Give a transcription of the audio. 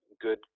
good